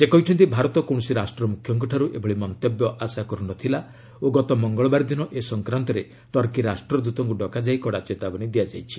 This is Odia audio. ସେ କହିଛନ୍ତି ଭାରତ କୌଣସି ରାଷ୍ଟ୍ର ମୁଖ୍ୟଙ୍କଠାରୁ ଏଭଳି ମନ୍ତବ୍ୟ ଆଶା କର୍ତ୍ନଥିଲା ଓ ଗତ ମଙ୍ଗଳବାର ଦିନ ଏ ସଂକ୍ରାନ୍ତରେ ଟର୍କୀ ରାଷ୍ଟ୍ରଦତ୍କୁ ଡକାଯାଇ କଡ଼ା ଚେତାବନୀ ଦିଆଯାଇଛି